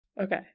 Okay